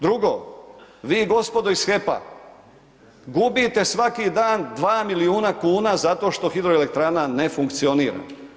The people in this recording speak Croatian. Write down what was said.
Drugo, vi gospodo iz HEP-a, gubite svaki dan 2 milijuna kuna, zato što hidroelektrana ne funkcionira.